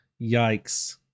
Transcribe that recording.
Yikes